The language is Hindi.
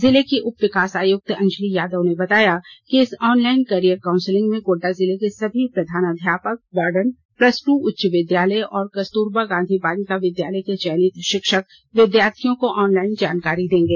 जिले की उप विकास आयुक्त अंजली यादव ने बताया कि इस ऑनलाइन कैरियर काउंसलिंग में गोड्डा जिले के सभी प्रधानाध्यापक वार्डन प्लस ट्र उच्च विद्यालय और कस्तूरबा गांधी बालिका विद्यालय के चयनित शिक्षक विद्यार्थियों को ऑनलाइन जानकारी देंगे